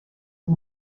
bwo